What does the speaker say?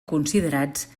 considerats